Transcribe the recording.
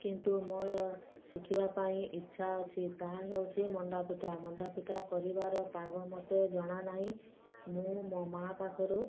କିନ୍ତୁ ମୋର ଶିଖିବା ପାଇଁ ଇଛା ଅଛି ତାହା ହେଉଛି ମଣ୍ଡା ପିଠା ମଣ୍ଡା ପିଠା କରିବାର ପାଗ ମୋତେ ଜଣାନାହିଁ ମୁଁ ମୋ ମାଆ ପାଖରୁ